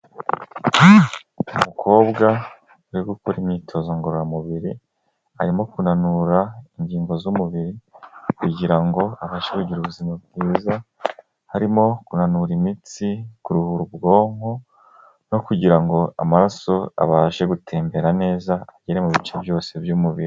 Umukobwa uri gukora imyitozo ngororamubiri, arimo kunanura ingingo z'umubiri kugira ngo abashe kugira ubuzima bwiza, harimo kunanura imitsi, kuruhura ubwonko no kugira ngo amaraso abashe gutembera neza agere mu bice byose by'umubiri.